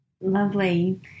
Lovely